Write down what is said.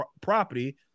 property